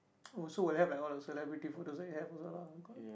oh so will have like all the celebrity for that's in have that's lah got